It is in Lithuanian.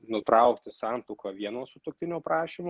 nutraukti santuoką vieno sutuoktinio prašymu